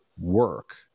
work